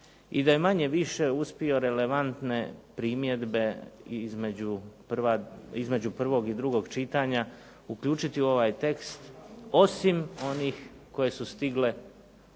i da je manje više uspio relevantne primjedbe i između prvog i drugog čitanja uključiti u ovaj tekst osim onih koje su stigle gotovo